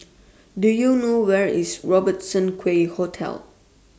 Do YOU know Where IS Robertson Quay Hotel